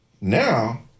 now